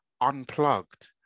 unplugged